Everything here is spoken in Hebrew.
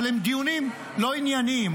אבל הם דיונים לא ענייניים,